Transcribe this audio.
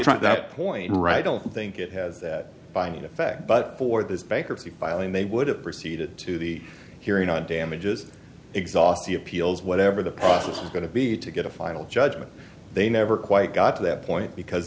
trying that point right don't think it has by effect but for this bankruptcy filing they would have proceeded to the hearing on damages exhaust the appeals whatever the process is going to be to get a final judgment they never quite got to that point because